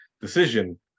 decision